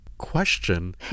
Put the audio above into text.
Question